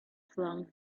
flung